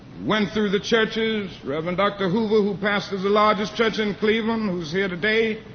went through the churches. reverend dr. hoover, who pastors the largest church in cleveland, who's here today,